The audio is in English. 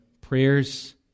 Prayers